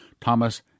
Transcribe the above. Thomas